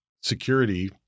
security